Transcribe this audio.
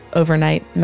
overnight